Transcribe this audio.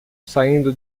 saindo